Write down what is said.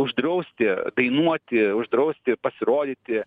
uždrausti dainuoti uždrausti pasirodyti